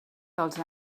dels